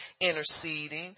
interceding